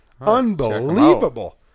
Unbelievable